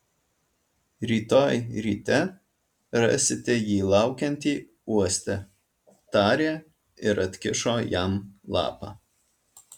rytoj ryte rasite jį laukiantį uoste tarė ir atkišo jam lapą